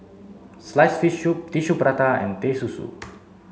sliced fish soup tissue prata and Teh Susu